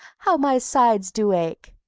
how my sides do ache!